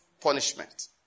punishment